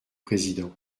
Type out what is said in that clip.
président